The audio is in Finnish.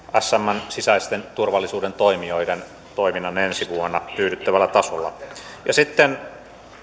smn sisäisen turvallisuuden toimijoiden toiminnan ensi vuonna tyydyttävällä tasolla sitten